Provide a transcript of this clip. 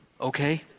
okay